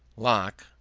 locke,